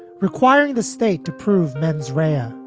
requiring the state to prove mens rea.